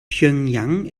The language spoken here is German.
pjöngjang